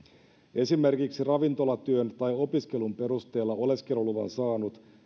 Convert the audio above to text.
esimerkiksi ravintolatyön tai opiskelun perusteella oleskeluluvan saanut